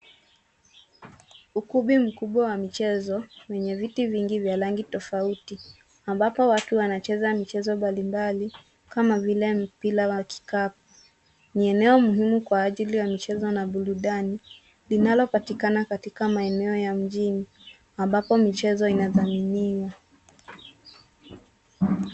Ukumbi mkubwa wa michezo wenye viti vingi vya rangi tofauti, ambapo watu wanacheza michezo mbali mbali kama vile: mpira wa kikapu. Ni eneo muhimu kwa ajili ya michezo na burudani linalopatikana katika maeneo ya mjini ambapo michezo inadhaminiwa.